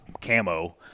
Camo